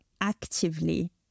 actively